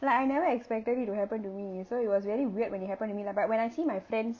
like I never expected it to happen to me so it was very weird when it happened to me lah but when I see my friends